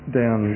down